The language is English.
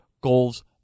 goals